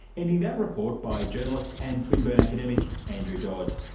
ending that report by journalist and swinburne academic, andrew dodd.